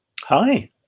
Hi